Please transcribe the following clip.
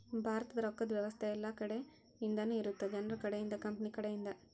ಭಾರತದ ರೊಕ್ಕದ್ ವ್ಯವಸ್ತೆ ಯೆಲ್ಲ ಕಡೆ ಇಂದನು ಇರುತ್ತ ಜನರ ಕಡೆ ಇಂದ ಕಂಪನಿ ಕಡೆ ಇಂದ